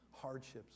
hardships